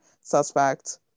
suspect